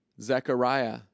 Zechariah